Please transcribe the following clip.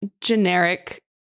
generic